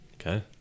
Okay